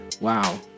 Wow